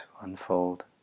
unfold